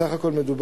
בסך הכול,